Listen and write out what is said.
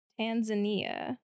tanzania